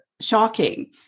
shocking